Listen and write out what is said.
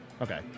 Okay